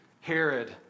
Herod